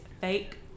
fake